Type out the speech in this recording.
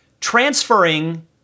transferring